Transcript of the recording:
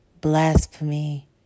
blasphemy